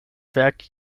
werk